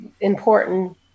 important